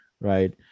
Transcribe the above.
right